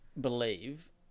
believe